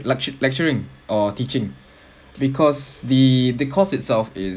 lectur~ lecturing or teaching because the the course itself is